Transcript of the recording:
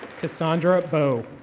cassandra bow.